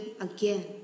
again